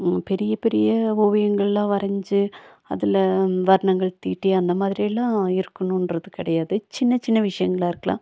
பெரிய பெரிய ஓவியங்கலாம் வரைஞ்சி அதில் வர்ணங்கள் தீட்டி அந்த மாதிரிலாம் இருக்கணும்றது கிடையாது சின்ன சின்ன விஷயங்களாக இருக்கலாம்